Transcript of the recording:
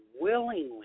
willingly